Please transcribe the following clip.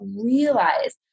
realize